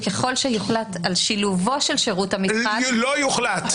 ככל שיוחלט על שילובו של שירות המבחן --- לא יוחלט.